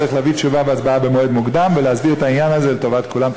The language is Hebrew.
צריך להביא תשובה והצבעה במועד מוקדם ולהסדיר את העניין הזה לטובת כולם.